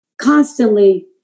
constantly